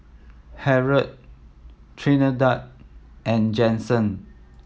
Harold Trinidad and Jensen